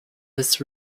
this